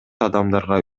адамдарга